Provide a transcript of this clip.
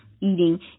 eating